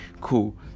cool